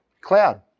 cloud